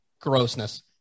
grossness